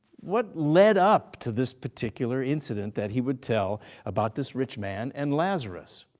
what led up to this particular incident that he would tell about this rich man and lazarus?